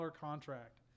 contract